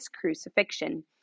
crucifixion